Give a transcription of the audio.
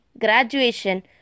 graduation